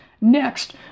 next